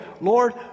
Lord